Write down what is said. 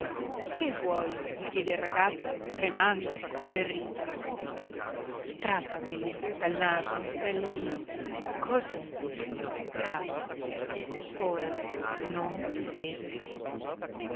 che vuoi gli chiede il ragazzo tremando atterrito strappameli dal naso bello mio così bravo ora non ti vedo più